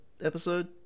episode